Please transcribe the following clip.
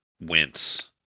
wince